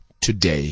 today